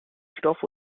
stoff